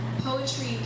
Poetry